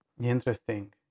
Interesting